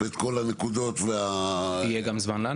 ואת כל הנקודות ומחלוקות.